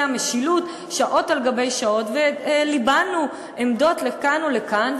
המשילות שעות על-גבי שעות וליבנו עמדות לכאן ולכאן.